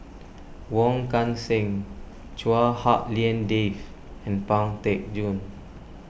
Wong Kan Seng Chua Hak Lien Dave and Pang Teck Joon